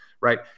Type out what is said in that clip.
right